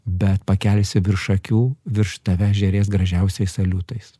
bet pakelsi virš akių virš tavęs žėrės gražiausiais saliutais